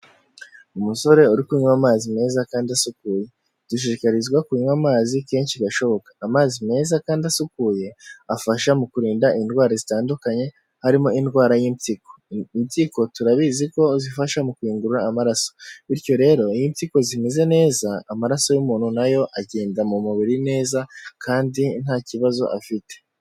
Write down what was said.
Umusore uri kunywa amazi meza kandi asukuye. Dushikarizwa kunywa amazi kenshi gashoboka, amazi meza kandi asukuye afasha mu kurinda indwara zitandukanye harimo indwara y'impyiko, impyiko turabizi ko zifasha mu kuyungurura amaraso, bityo rero iyo impyiko zimeze neza, amaraso y'umuntu nayo agenda mu mubiri neza kandi nta kibazo afite.